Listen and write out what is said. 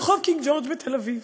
ברחוב קינג ג'ורג' בתל-אביב.